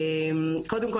קודם כל,